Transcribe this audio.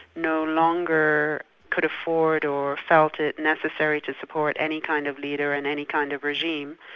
no longer could afford or felt it necessary to support any kind of leader, and any kind of regime,